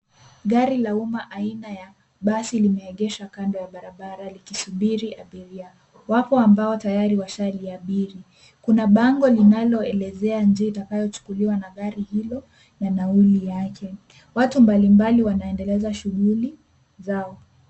Gari la umma aina ya basi limeegeshwa kando ya barabara likisubiri abiria. Wapo ambao tayari washaliabiri. Kuna bango linaloelezea njia itakayochukuliwa na gari hilo na nauli yake. Watu mbalimbali wanaendeleza shughuli zao.